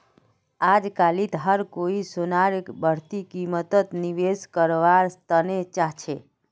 अजकालित हर कोई सोनार बढ़ती कीमतत निवेश कारवार तने चाहछै